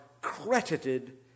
credited